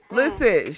listen